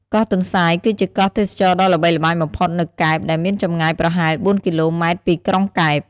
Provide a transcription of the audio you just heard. កោះទន្សាយ គឺជាកោះទេសចរណ៍ដ៏ល្បីល្បាញបំផុតនៅកែប ដែលមានចម្ងាយប្រហែល ៤ គីឡូម៉ែត្រពីក្រុងកែប។